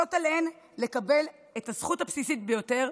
עליהם לקבל את הזכות הבסיסית ביותר,